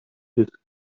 disk